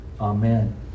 Amen